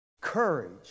Courage